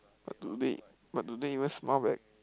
but do they but do they even smile back